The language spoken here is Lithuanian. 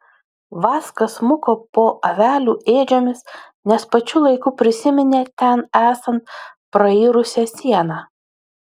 vaska smuko po avelių ėdžiomis nes pačiu laiku prisiminė ten esant prairusią sieną